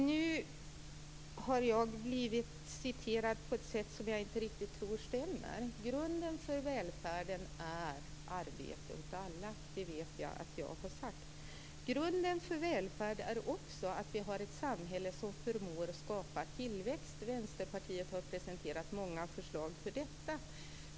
Fru talman! Nu har jag blivit citerad på ett sätt som jag inte tror riktigt stämmer. Grunden för välfärden är arbete åt alla. Det vet jag att jag har sagt. Grunden för välfärd är också att vi har ett samhälle som förmår skapa tillväxt. Vänsterpartiet har presenterat många förslag om detta.